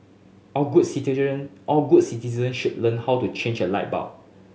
all good citizen all good citizen should learn how to change a light bulb